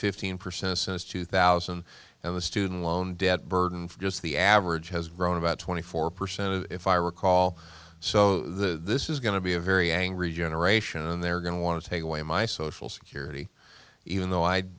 fifteen percent since two thousand and the student loan debt burden for just the average has grown about twenty four percent if i recall so this is going to be a very angry generation and they're going to want to take away my social security even though i